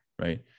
Right